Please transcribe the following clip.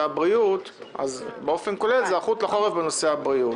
הבריאות אז באופן כולל זה היערכות לחורף בנושא הבריאות.